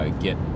get